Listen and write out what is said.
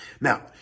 Now